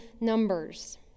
numbers